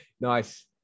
nice